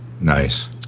Nice